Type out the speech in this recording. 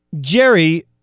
Jerry